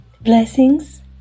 Blessings